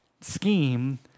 scheme